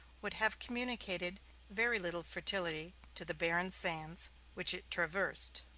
would have communicated very little fertility to the barren sands which it traversed.